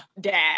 Dad